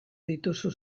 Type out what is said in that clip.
dituzu